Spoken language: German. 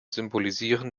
symbolisieren